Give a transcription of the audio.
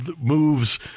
moves